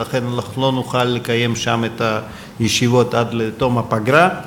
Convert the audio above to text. ולכן לא נוכל לקיים שם את הישיבות עד תום הפגרה.